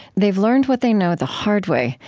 they've learned what they know the hard way,